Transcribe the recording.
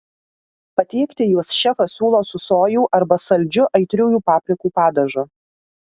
patiekti juos šefas siūlo su sojų arba saldžiu aitriųjų paprikų padažu